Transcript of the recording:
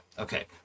Okay